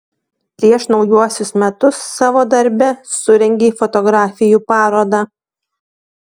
prieš naujuosius metus savo darbe surengei fotografijų parodą